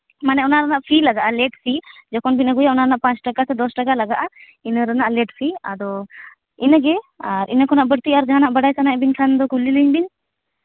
ᱢᱟᱱᱮ ᱚᱱᱟ ᱨᱮᱱᱟᱜ ᱯᱷᱤ ᱞᱟᱜᱟᱜᱼᱟ ᱞᱮᱹᱴ ᱯᱷᱤ ᱡᱚᱠᱷᱚᱱ ᱵᱤᱱ ᱟᱹᱜᱩᱭᱟ ᱚᱱᱟ ᱨᱮᱱᱟᱜ ᱯᱟᱸᱪ ᱴᱟᱠᱟ ᱥᱮ ᱫᱚᱥ ᱴᱟᱠᱟ ᱞᱟᱜᱟᱜᱼᱟ ᱤᱱᱟᱹ ᱨᱮᱱᱟᱜ ᱞᱮᱹᱴ ᱯᱷᱤ ᱟᱫᱚ ᱤᱱᱟᱹᱜᱮ ᱟᱨ ᱤᱱᱟᱹ ᱠᱷᱚᱱᱟᱜ ᱵᱟᱹᱲᱛᱤ ᱟᱨ ᱡᱟᱦᱟᱸᱱᱟᱜ ᱵᱟᱰᱟᱭ ᱥᱟᱱᱟᱭᱮᱫ ᱵᱤᱱ ᱠᱷᱟᱱ ᱫᱚ ᱠᱩᱞᱤ ᱞᱤᱧ ᱵᱤᱱ